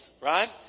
right